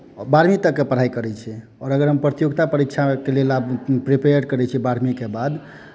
बारहवीँ तकके पढ़ाइ करैत छियै आओर अगर हम प्रतियोगिता परीक्षाके लेल प्रिपेयर करैत छी बारहवीँके बाद